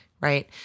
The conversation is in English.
right